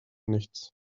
nichts